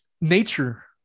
Nature